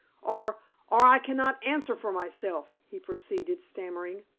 or or i cannot answer for myself, he proceeded, stammering.